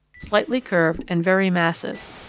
slightly curved and very massive.